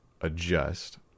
adjust